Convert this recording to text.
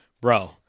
bro